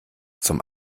zum